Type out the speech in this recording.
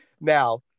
Now